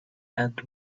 and